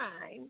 time